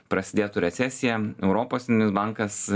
prasidėtų recesija europos centrinis bankas